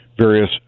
various